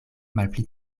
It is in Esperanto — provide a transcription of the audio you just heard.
malpli